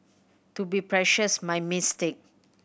to be precious my mistake